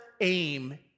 aim